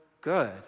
good